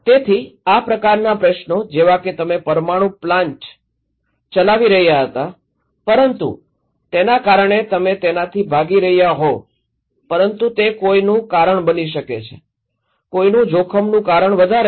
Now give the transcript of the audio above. તેથી આ પ્રકારના પ્રશ્નો જેવા કે તમે પરમાણુ ઉર્જા પ્લાન્ટ ચલાવી રહ્યા હતા પરંતુ તેના કારણે તમે તેનાથી ભાગી રહ્યા હોવ પરંતુ તે કોઈનું કારણ બની શકે છે કોઈનું જોખમનું કારણ વધારે છે